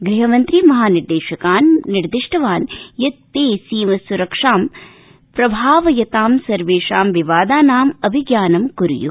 गृहमन्त्री महानिदेशकान् निर्दिष्टवान यत् ते सीम सुरक्षां प्रभावयतां सर्वेषां विवादानां अभिज्ञानं कुर्यु